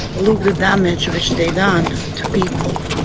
the damage which they done to people.